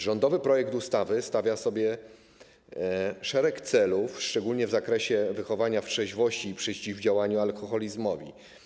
Rządowy projekt ustawy stawia szereg celów, szczególnie w zakresie wychowania w trzeźwości i przeciwdziałania alkoholizmowi.